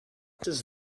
does